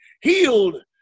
healed